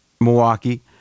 Milwaukee